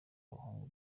abahungu